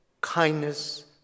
kindness